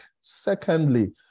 Secondly